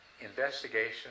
investigation